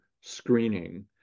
screening